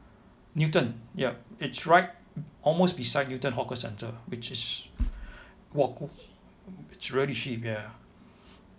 newton yup it's right almost beside newton hawker centre which is it's really cheap ya